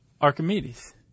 Archimedes